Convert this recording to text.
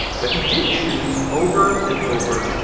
but he did choose, over and over,